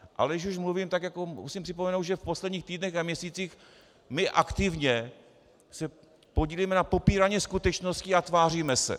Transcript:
Ale když už mluvím, tak musím připomenout, že v posledních týdnech a měsících se aktivně podílíme na popírání skutečností a tváříme se.